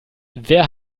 wer